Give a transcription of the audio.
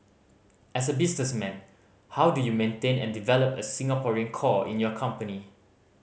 as a businessman how do you maintain and develop a Singaporean core in your company